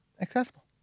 accessible